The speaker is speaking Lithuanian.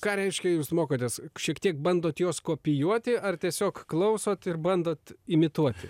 ką reiškia jūs mokotės šiek tiek bandot juos kopijuoti ar tiesiog klausot ir bandot imituoti